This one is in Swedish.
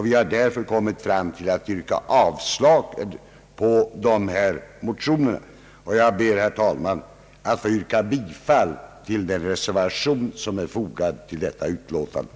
Vi har därför ansett oss böra yrka avslag på dessa motioner, och jag ber, herr talman, att få yrka bifall till den reservation som är fogad vid detta utlåtande.